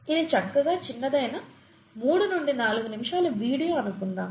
ఇది చక్కగా చిన్నదైన 3 నుండి 4 నిమిషాల వీడియో అనుకుందాం